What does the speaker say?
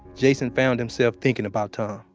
jason found himself thinking about tom